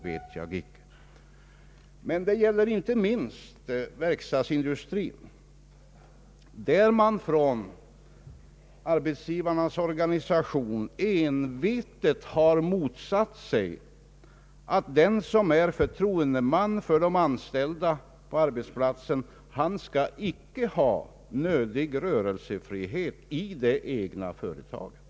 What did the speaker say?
Detta problem gäller inte minst verkstadsindustrin, där man från arbetsgivarnas organisation envetet har motsatt sig att den som är förtroendeman för de anställda på arbetsplatsen skall ha nödvändig rörelsefrihet i det egna företaget.